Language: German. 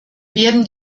werden